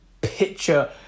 picture